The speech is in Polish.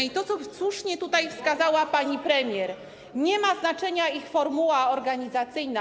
I to, co słusznie tutaj wskazała pani premier: nie ma znaczenia ich formuła organizacyjna.